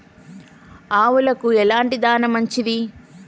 ఆవులకు ఎలాంటి దాణా మంచిది?